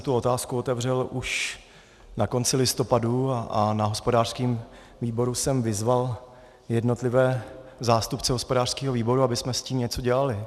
Tu otázku jsem otevřel už na konci listopadu a na hospodářském výboru jsem vyzval jednotlivé zástupce hospodářského výboru, abychom s tím něco dělali.